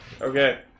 Okay